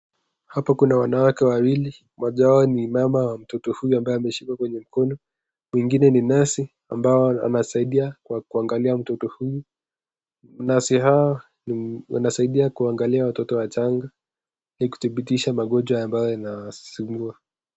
Hapa kuna wanawake wawili, moja wao ni mama wa mtoto huyu ambaye ameshikwa kwenye mikono, mwingine ni nesi, ambao wanasaidia kuangalia mtoto huyu, nasi hao wanasaidai kuangalia watoto wachanga ,kudhibitisha magonjwa ambayo yanasumbua.